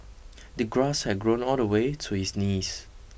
the grass had grown all the way to his knees